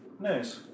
Nice